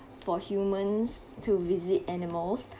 for humans to visit animals